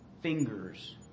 fingers